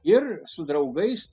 ir su draugais